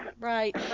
Right